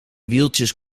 wieltjes